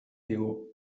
digu